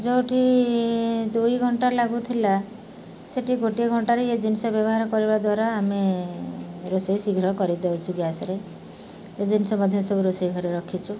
ଯେଉଁଠି ଦୁଇ ଘଣ୍ଟା ଲାଗୁଥିଲା ସେଇଠି ଗୋଟିଏ ଘଣ୍ଟାରେ ଏ ଜିନିଷ ବ୍ୟବହାର କରିବା ଦ୍ୱାରା ଆମେ ରୋଷେଇ ଶୀଘ୍ର କରିଦେଉଛୁ ଗ୍ୟାସରେ ଏ ଜିନିଷ ମଧ୍ୟ ସବୁ ରୋଷେଇ ଘରେ ରଖିଛୁ